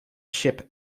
ship